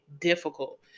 difficult